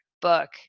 book